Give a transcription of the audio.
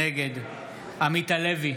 נגד עמית הלוי,